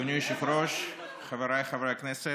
אדוני היושב-ראש, חבריי חברי הכנסת,